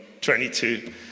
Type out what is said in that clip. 22